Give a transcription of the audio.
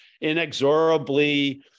inexorably